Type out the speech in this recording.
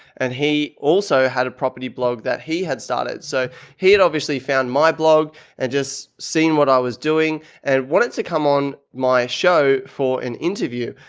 and he also had a property blog that he had started, so he had obviously found my blog and just seeing what i was doing and wanted to come on my show for an interview.